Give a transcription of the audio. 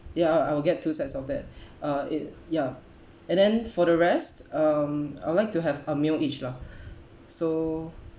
ya I will get two sets of that uh it ya and then for the rest um I would like to have a meal each lah so